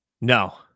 No